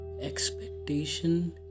Expectation